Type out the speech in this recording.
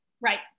Right